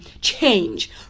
change